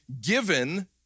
given